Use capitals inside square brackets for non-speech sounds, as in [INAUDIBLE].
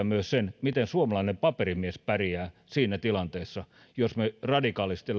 [UNINTELLIGIBLE] myös sen miten suomalainen paperimies pärjää siinä tilanteessa jos me radikaalisti [UNINTELLIGIBLE]